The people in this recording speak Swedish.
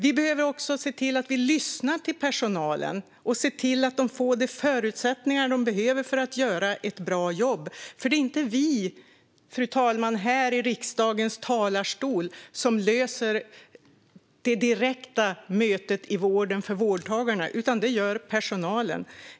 Vi behöver också lyssna till personalen och se till att de får de förutsättningar de behöver för att göra ett bra jobb. Det är nämligen inte vi, som står här i riksdagens talarstol, som löser det direkta mötet i vården för vårdtagarna. Det gör personalen.